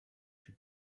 she